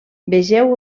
vegeu